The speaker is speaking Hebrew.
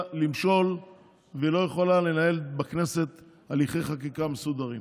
למשול והיא לא יכולה לנהל בכנסת הליכי חקיקה מסודרים.